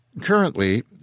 Currently